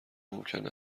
ممکن